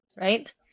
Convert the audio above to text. right